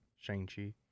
Shang-Chi